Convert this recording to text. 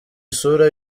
isura